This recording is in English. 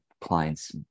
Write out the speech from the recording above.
clients